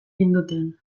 ninduten